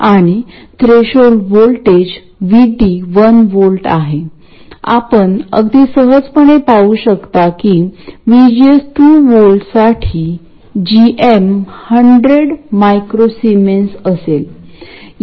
आणि मग आपल्याकडे लोड रेजिस्टन्स RL असणे आवश्यक आहे आणि हा RL ड्रेन सोर्स च्या अक्रॉस दिसणे आवश्यक आहे